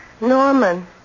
Norman